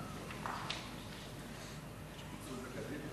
חמישה מתנגדים,